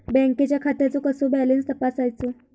बँकेच्या खात्याचो कसो बॅलन्स तपासायचो?